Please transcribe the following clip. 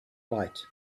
light